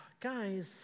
Guys